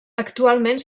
actualment